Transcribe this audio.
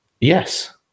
Yes